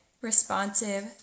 responsive